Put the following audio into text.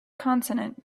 consonant